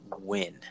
win